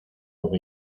con